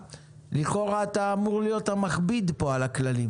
לכאורה אתה אמור להיות המכביד על הכללים.